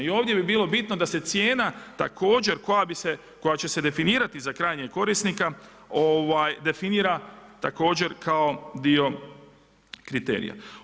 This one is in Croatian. I ovdje bi bilo bitno da se cijena također koja će se definirati za krajnjeg korisnika definira također kao dio kriterija.